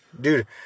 Dude